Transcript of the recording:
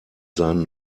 seinen